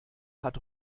hat